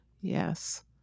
Yes